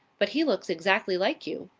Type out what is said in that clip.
but he looks exactly like you.